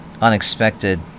unexpected